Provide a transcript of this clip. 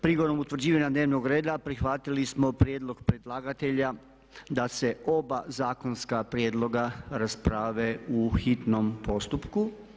Prigodom utvrđivanja dnevnog reda prihvatili smo prijedlog predlagatelja da se oba zakonska prijedloga rasprave u hitnom postupku.